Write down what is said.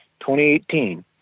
2018